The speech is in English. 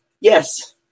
Yes